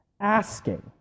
asking